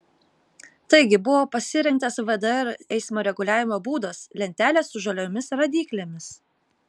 taigi buvo pasirinktas vdr eismo reguliavimo būdas lentelės su žaliomis rodyklėmis